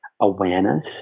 awareness